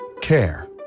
Care